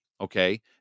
Okay